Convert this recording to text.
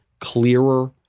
clearer